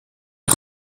ich